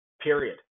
period